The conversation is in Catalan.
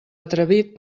atrevit